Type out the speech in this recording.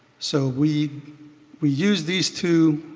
so we we use these two